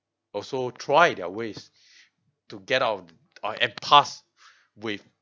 also try their ways to get out uh and pass with